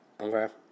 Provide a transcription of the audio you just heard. Okay